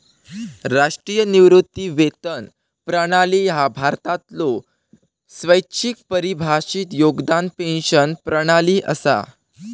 राष्ट्रीय निवृत्ती वेतन प्रणाली ह्या भारतातलो स्वैच्छिक परिभाषित योगदान पेन्शन प्रणाली असा